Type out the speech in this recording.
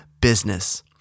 business